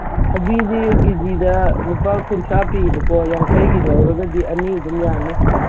ꯊꯕꯤꯗꯤ ꯀꯦ ꯖꯤꯗ ꯂꯨꯄꯥ ꯀꯨꯟꯊ꯭ꯔꯥ ꯄꯤꯌꯦꯕꯀꯣ ꯌꯥꯡꯈꯩꯒꯤ ꯂꯧꯔꯒꯗꯤ ꯑꯅꯤ ꯑꯗꯨꯝ ꯌꯥꯅꯤ